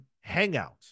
hangout